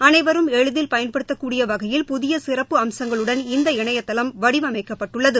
அனைவரும் எளிதில் பயன்படுத்தப்படக் கூடிய வகையில் புதிய சிறப்பு அம்சங்களுடன் இந்த இணையதளம் வடிவமைக்கப்பட்டுள்ளது